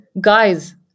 guys